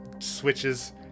Switches